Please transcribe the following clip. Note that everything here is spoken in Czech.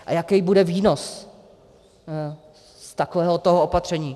A jaký bude výnos z takového opatření?